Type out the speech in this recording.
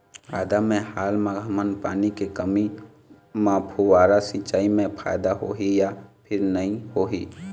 आदा मे हाल मा हमन पानी के कमी म फुब्बारा सिचाई मे फायदा होही या फिर नई होही?